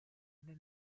nel